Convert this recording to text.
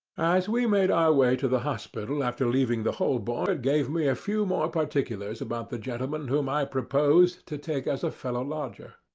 as we made our way to the hospital after leaving the holborn, stamford ah gave me a few more particulars about the gentleman whom i proposed to take as a fellow-lodger.